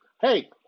hey